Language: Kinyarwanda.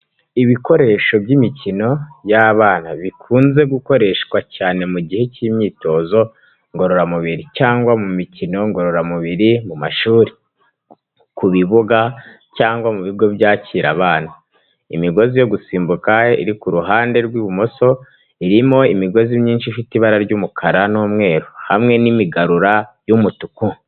Ibikoresho by'imikino y'abana, bikunze gukoreshwa cyane mu gihe cy'imyitozo ngororamubiri cyangwa mu mikino ngororamubiri mu mashuri, ku bibuga, cyangwa mu bigo byakira abana. Imigozi yo gusimbuka iri ku ruhande rw'ibumoso, irimo imigozi myinshi ifite ibara ry'umukara n'umweru hamwe n'imigarura y'umutuku.